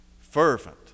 fervent